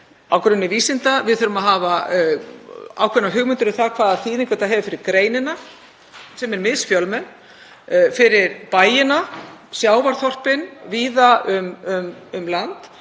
á grunni vísinda. Við þurfum að hafa ákveðnar hugmyndir um hvaða þýðingu þetta hefur fyrir greinina, sem er misfjölmenn, fyrir bæina, sjávarþorpin víða um land